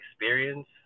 experience